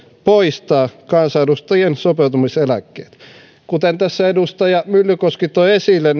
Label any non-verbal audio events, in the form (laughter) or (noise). poistaa kansanedustajien sopeutumiseläkkeet kuten tässä edustaja myllykoski toi esille (unintelligible)